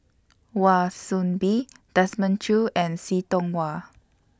Wan Soon Bee Desmond Choo and See Tiong Wah